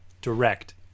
direct